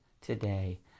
today